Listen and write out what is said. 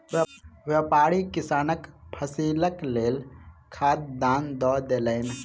व्यापारी किसानक फसीलक लेल खाद दान दअ देलैन